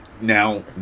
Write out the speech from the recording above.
now